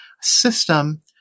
system